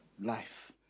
life